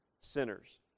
sinners